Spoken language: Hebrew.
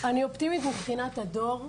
אני אופטימית מבחינת הדור,